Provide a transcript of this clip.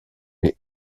mais